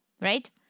right